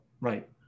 Right